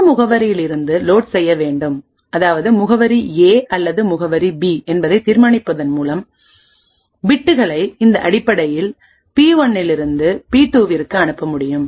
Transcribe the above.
எந்த முகவரியில் இருந்து லோட் செய்ய வேண்டும் அதாவது முகவரி ஏ அல்லது முகவரி பி என்பதை தீர்மானிப்பதன் மூலம் பிட்டுகளைஇந்த அடிப்படையில் பி1 யிலிருந்துபி2 விற்கு அனுப்ப முடியும்